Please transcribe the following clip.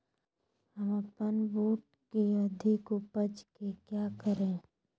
हम अपन बूट की अधिक उपज के क्या करे?